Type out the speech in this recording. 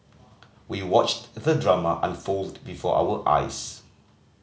we watched the drama unfold before our eyes